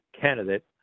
candidate